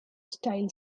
style